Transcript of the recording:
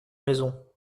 maison